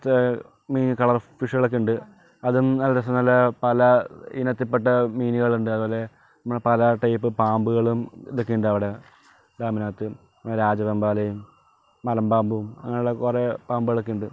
മറ്റേ മീൻ കളർ ഫിഷ്കളക്കെ ഉണ്ട് അതും നല്ല രസം നല്ല പല ഇനത്തിപ്പെട്ട മീനുകളുണ്ട് അതേപോലെ നമ്മുടെ പല ടൈപ്പ് പാമ്പുകളും ഇതൊക്കെ ഉണ്ടവിടെ ഡാമിനാത്ത് രാജവെമ്പാലയും മലമ്പാമ്പും അങ്ങനെയുള്ള കുറെ പാമ്പുകളൊക്കെ ഉണ്ട്